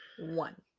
One